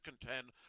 contend